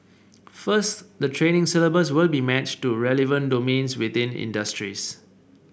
first the training syllabus will be matched to relevant domains within industries